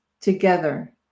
together